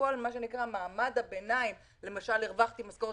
ואילו כל מעמד הביניים למשל הרווחתי משכורת